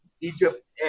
Egypt